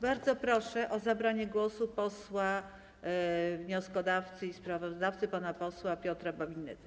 Bardzo proszę o zabranie głosu posła wnioskodawcę i sprawozdawcę pana Piotra Babinetza.